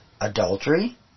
adultery